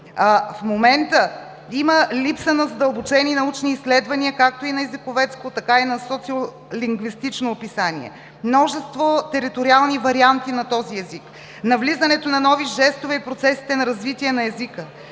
В момента има липса на задълбочени научни изследвания – както и на езиковедско, така и на социолингвистично описание, множество териториални варианти на този език, навлизането на нови жестове и процесите на развитие на езика.